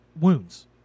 wounds